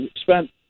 spent